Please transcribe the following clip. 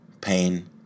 pain